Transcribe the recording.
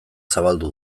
zabaldu